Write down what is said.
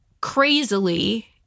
crazily